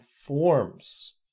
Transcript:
forms